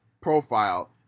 profile